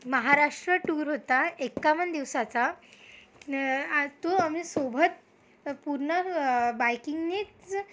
Maharashtra tour होता एक्कावन्न दिवसाचा आ तो आम्ही सोबत पूर्ण बाईकिंगनीच